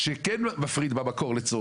תודה רבה.